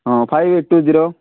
ହଁ five eight two zero